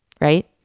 Right